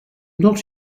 not